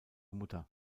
mutter